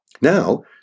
Now